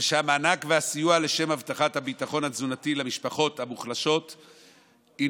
ושהמענק והסיוע לשם הבטחת הביטחון התזונתי למשפחות המוחלשות יינתנו